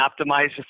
optimize